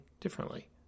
differently